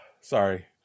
Sorry